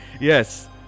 yes